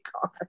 card